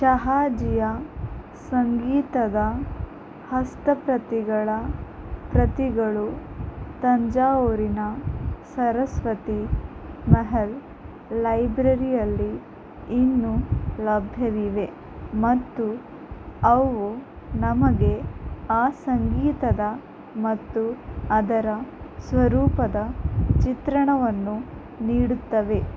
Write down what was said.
ಶಹಾಜಿಯ ಸಂಗೀತದ ಹಸ್ತಪ್ರತಿಗಳ ಪ್ರತಿಗಳು ತಂಜಾವೂರಿನ ಸರಸ್ವತಿ ಮೆಹೆಲ್ ಲೈಬ್ರೆರಿಯಲ್ಲಿ ಇನ್ನೂ ಲಭ್ಯವಿವೆ ಮತ್ತು ಅವು ನಮಗೆ ಆ ಸಂಗೀತದ ಮತ್ತು ಅದರ ಸ್ವರೂಪದ ಚಿತ್ರಣವನ್ನು ನೀಡುತ್ತವೆ